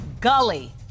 Gully